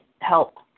help